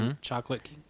chocolate